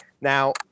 now